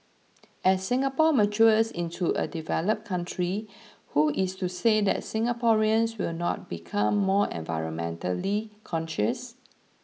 as Singapore matures into a developed country who is to say that Singaporeans will not become more environmentally conscious